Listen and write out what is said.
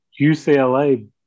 UCLA